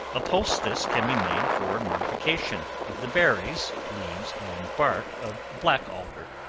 a poultice can be made for mortification, of the berries, leaves and bark of black alder,